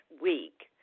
week